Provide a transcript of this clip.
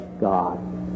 God